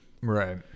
Right